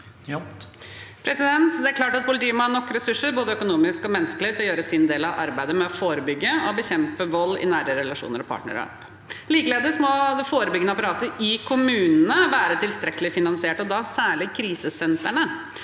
Det er klart at poli- tiet må ha nok ressurser, både økonomisk og menneskelig, til å gjøre sin del av arbeidet med å forebygge og bekjempe vold i nære relasjoner og partnerdrap. Likeledes må det forebyggende apparatet i kommunene være tilstrekkelig finansiert, og da særlig krisesentrene.